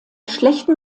schlechtem